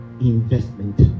investment